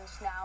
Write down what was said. now